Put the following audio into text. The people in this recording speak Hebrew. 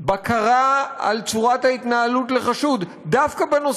בקרה על צורת ההתנהלות כלפי